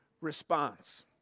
response